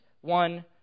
one